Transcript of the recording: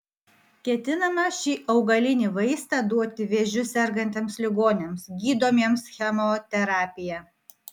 ketinama šį augalinį vaistą duoti vėžiu sergantiems ligoniams gydomiems chemoterapija